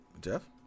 jeff